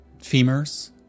femurs